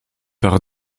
par